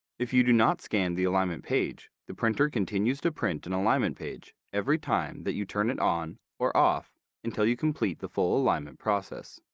if you do not scan the alignment page, the printer continues to print an and alignment page every time that you turn it on or off until you complete the full alignment process.